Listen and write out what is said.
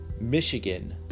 Michigan